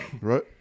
right